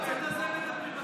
גם בצד הזה מדברים בטלפון.